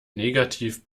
negativ